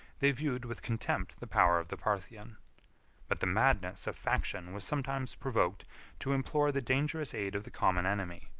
they viewed with contempt the power of the parthian but the madness of faction was sometimes provoked to implore the dangerous aid of the common enemy,